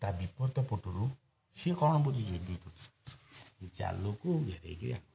ତା' ବିପଦ ପଟରୁ ସିଏ କ'ଣ କରେ ଜାଲକୁ ଘେରେଇକି ଆଣେ